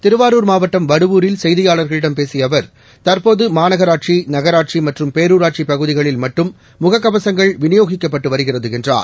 திருவாரூர் மாவட்டம் வடுவூரில் செய்தியாளர்களிடம் பேசிய அவர் தற்போது மாநனாட்சி நகராட்சி மற்றும் பேரூராட்சிப் பகுதிகளில் மட்டும் முகக்கவசங்கள் விநியோகிக்கப்பட்டு வருகிறது என்றர்